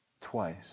twice